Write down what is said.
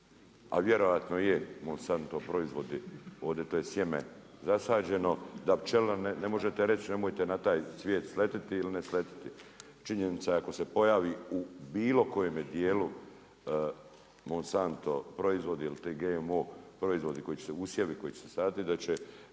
a vjerojatno je Monsanto proizvodi, ovdje to je sjeme zasađeno, da pčela, ne možete reći nemojte na taj cvijet sletjeti ili ne sletjeti. Činjenica je ako se pojavi u bilo kojemu dijelu Monsatu proizvodi ili GMO proizvodi koji su usjevi koji su sadili da će